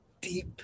deep